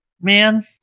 man